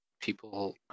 people